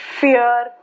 Fear